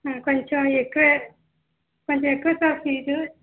కొంచం ఎక్కువే కొంచం ఎక్కువే సార్ ఫీజు